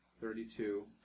Thirty-two